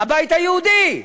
הבית היהודי.